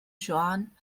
juan